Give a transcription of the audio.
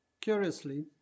Curiously